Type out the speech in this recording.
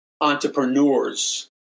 entrepreneurs